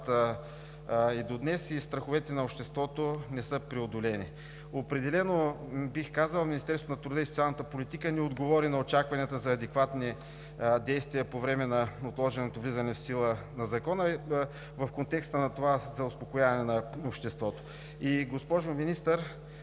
и до днес и страховете на обществото не са преодолени. Определено бих казал: Министерството на труда и социалната политика не отговори на очакванията за адекватни действия по време на отложеното влизане в сила на Закона и в контекста на това за успокояване на обществото. Госпожо Министър,